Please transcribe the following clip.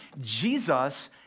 Jesus